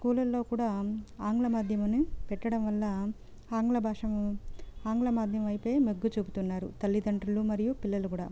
స్కూలల్లో కూడా ఆంగ్ల మాధ్యమాన్ని పెట్టడం వల్ల ఆంగ్ల భాషను ఆంగ్ల మాధ్యమం వైపే మొగ్గు చూపుతున్నారు తల్లితండ్రులు మరియు పిల్లలు కూడా